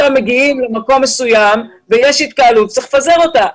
מגיעים למקום מסוים ויש התקהלות שצריך לפזר אותה.